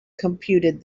computed